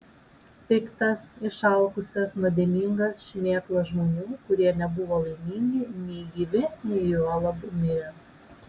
piktas išalkusias nuodėmingas šmėklas žmonių kurie nebuvo laimingi nei gyvi nei juolab mirę